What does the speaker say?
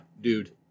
dude